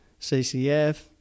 CCF